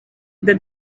the